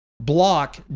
Block